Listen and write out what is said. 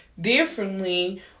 differently